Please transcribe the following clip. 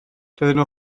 doedden